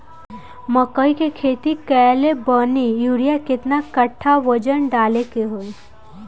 मकई के खेती कैले बनी यूरिया केतना कट्ठावजन डाले के होई?